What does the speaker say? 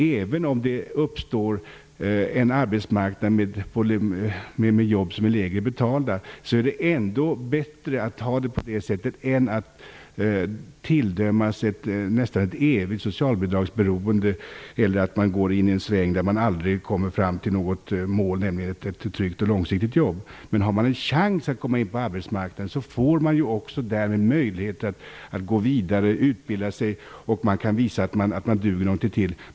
Även om det uppstår en arbetsmarknad med jobb som är lägre betalda, är det ändå bättre att ha det på det sättet än att dömas till nästan ett evigt socialbidragsberoende eller att man hamnar i en sväng där man aldrig kommer fram till ett mål, nämligen ett tryggt och långsiktigt jobb. Har man en chans att komma in på arbetsmarknaden får man också därmed en möjlighet att gå vidare och utbilda sig, man kan visa att man duger någonting till.